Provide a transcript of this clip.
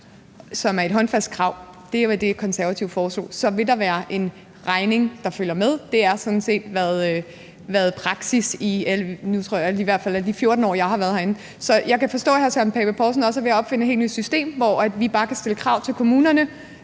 som er et håndfast krav – det var det, Konservative foreslog – vil der være en regning, der følger med. Det er sådan set, hvad praksis har været i i hvert fald de 14 år, jeg har været herinde. Så jeg kan forstå, at hr. Søren Pape Poulsen også er ved at opfinde et helt nyt system, hvor vi bare kan stille krav til kommunerne